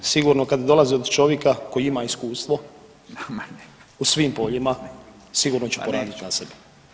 Sigurno kad dolaze od čovjeka koji ima iskustvo u svim poljima, sigurno ću poraditi na sebi.